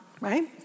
right